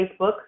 Facebook